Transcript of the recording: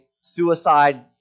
suicide